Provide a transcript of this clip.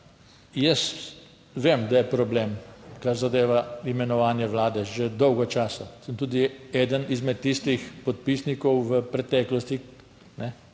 jaz vem, da je problem, kar zadeva imenovanje Vlade, že dolgo časa sem tudi eden izmed tistih podpisnikov v preteklosti,